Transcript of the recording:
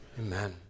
Amen